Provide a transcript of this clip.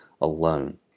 alone